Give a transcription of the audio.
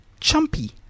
chumpy